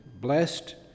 blessed